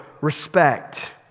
respect